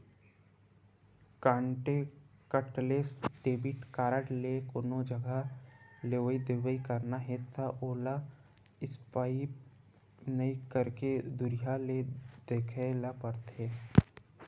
contactless debit card ले कोनो जघा लेवइ देवइ करना हे त ओला स्पाइप नइ करके दुरिहा ले देखाए ल परथे